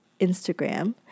Instagram